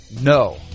No